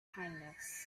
kindness